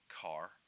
car